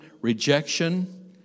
rejection